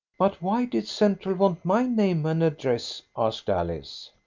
but why did central want my name and address? asked alice.